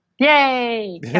Yay